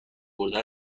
برده